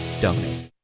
donate